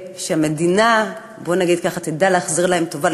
שהמדינה תדע להחזיר להם טובה,